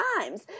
times